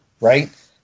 right